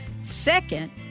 Second